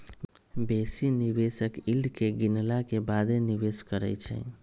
बेशी निवेशक यील्ड के गिनला के बादे निवेश करइ छै